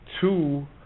Two